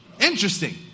interesting